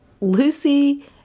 Lucy